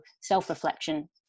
self-reflection